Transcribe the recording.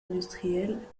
industrielle